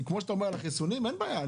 כמו שאתה אומר על החיסונים, אין בעיה.